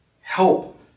help